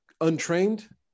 untrained